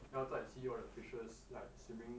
then after I see all the fishes like swimming